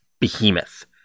Behemoth